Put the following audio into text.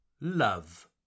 love